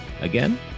Again